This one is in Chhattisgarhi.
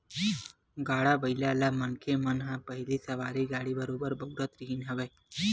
गाड़ा बइला ल मनखे मन ह पहिली सवारी गाड़ी बरोबर बउरत रिहिन हवय